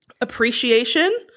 appreciation